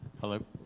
Hello